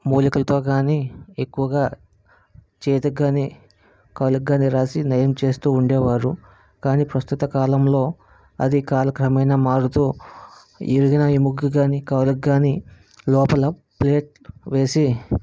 మూలికలతో కానీ ఎక్కువగా చేతికి కానీ కాలుకు కానీ రాసి నయం చేస్తూ ఉండేవారు కానీ ప్రస్తుత కాలంలో అది కాలక్రమేన మారుతూ విరిగిన ఎముకకు కానీ కాలుకు కానీ లోపల ప్లేట్ వేసి